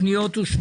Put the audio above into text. הפניות אושרו.